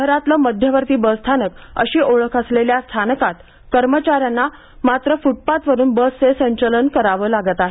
शहरातलं मध्यवर्ती बसस्थानक अशी ओळख असलेल्या स्थानकात कर्मचाऱ्यांना मात्र फुटपाथवरून बसचे संचलन करावं लागत आहे